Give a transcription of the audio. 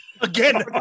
Again